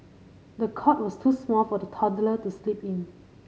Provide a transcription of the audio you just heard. the cot was too small for the toddler to sleep in